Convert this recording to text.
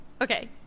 Okay